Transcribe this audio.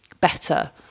better